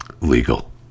legal